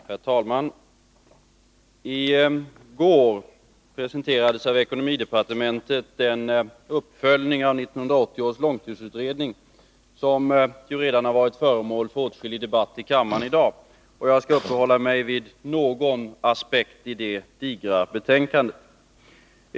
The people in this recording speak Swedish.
Herr talman! I går presenterades av ekonomidepartementet den uppföljning av 1980 års långtidsutredning som redan varit föremål för åtskillig debatt i kammaren i dag. Jag skall uppehålla mig vid någon aspekt i det digra betänkandet.